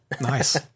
Nice